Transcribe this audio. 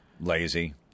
Lazy